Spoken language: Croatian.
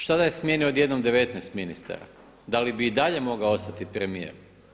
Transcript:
Šta da je smijenio od jednom 19 ministara, da li bi i dalje mogao ostati premijer?